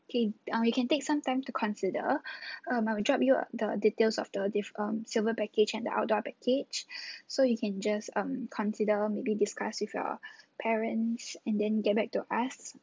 okay uh you can take some time to consider um I would drop you the details of the diff~ um silver package and the outdoor package so you can just um consider maybe discuss with your parents and then get back to us